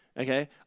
okay